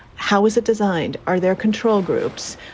how is it designed? are there control groups?